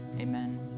Amen